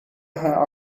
haar